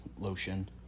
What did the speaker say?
lotion